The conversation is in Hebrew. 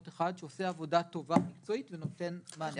אחד שעושה עבודה טובה ומקצועית ונותן מענה.